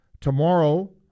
tomorrow